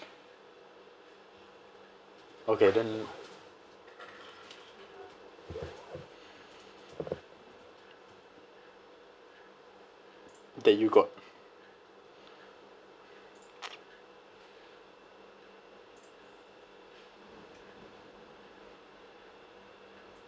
okay then that you got